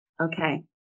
Okay